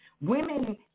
women